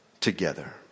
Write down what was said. together